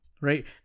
right